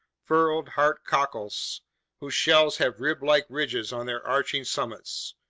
furrowed heart cockles whose shells have riblike ridges on their arching summits,